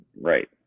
right